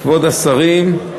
כבוד השרים,